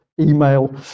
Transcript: email